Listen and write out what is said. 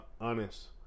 honest